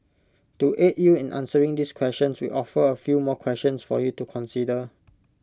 to aid you in answering this question we offer A few more questions for you to consider